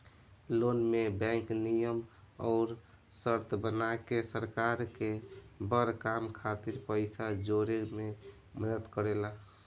loan में bank नियम अउर शर्त बना के सरकार के बड़ काम खातिर पइसा जोड़े में मदद करेला